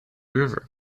river